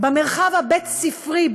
במרחב הבית-ספרי,